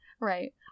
Right